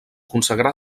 consagrà